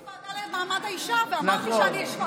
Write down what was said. הייתי בוועדה למעמד האישה, ואמרתי, נכון.